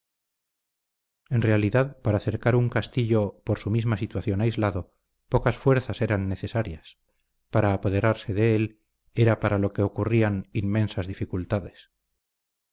en realidad para cercar un castillo por su misma situación aislado pocas fuerzas eran necesarias para apoderarse de él era para lo que ocurrían inmensas dificultades